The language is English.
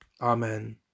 Amen